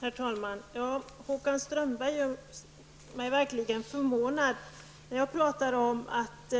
Herr talman! Håkan Strömberg gör mig verkligen förvånad. När jag pratar om att